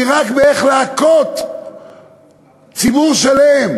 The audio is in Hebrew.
הן רק איך להכות ציבור שלם.